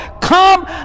Come